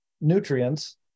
nutrients